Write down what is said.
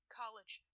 college